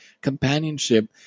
companionship